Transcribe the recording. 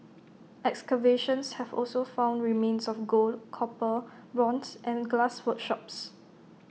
excavations have also found remains of gold copper bronze and glass workshops